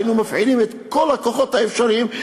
היינו מפעילים את כל הכוחות האפשריים,